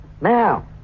Now